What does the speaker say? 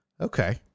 Okay